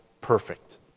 perfect